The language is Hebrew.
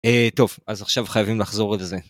טוב אז עכשיו חייבים לחזור לזה.